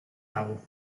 dago